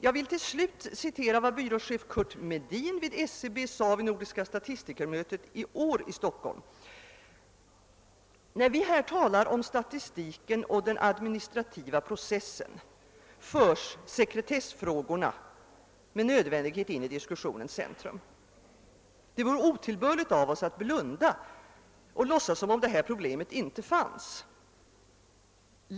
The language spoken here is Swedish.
Till slut vill jag citera vad byråchef Kurt Medin vid SCB sade vid tolfte nordiska statistikermötet i år i Stockholm: »När vi här talar om statistiken och den administrativa processen förs sekretessfrågorna med nödvändighet in i diskussionens centrum. Det vore otillbörligt av oss att blunda och låtsas som om det här problemet inte fanns.